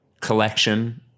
collection